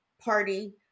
party